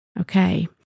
Okay